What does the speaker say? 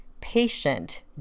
patient